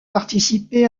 participé